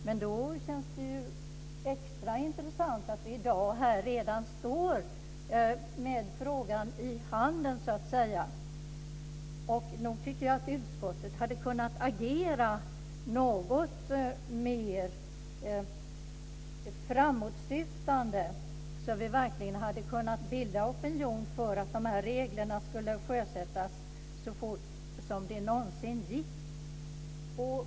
Därför känns det extra intressant att vi redan här i dag står med frågan i handen så att säga. Nog tycker jag att utskottet hade kunnat agera något mer framåtsyftande, så att vi verkligen hade kunnat bilda opinion för att de här reglerna ska sjösättas så fort som det någonsin går.